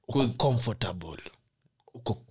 Comfortable